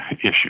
issue